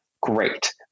great